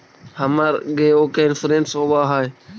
हमर गेयो के इंश्योरेंस होव है?